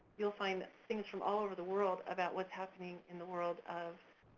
you'll find things from all over the world about what's happening in the world of